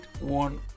one